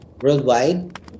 worldwide